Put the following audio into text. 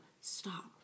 Stop